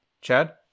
Chad